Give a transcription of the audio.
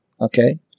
Okay